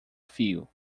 fio